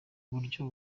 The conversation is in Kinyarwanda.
buryo